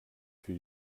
für